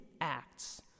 acts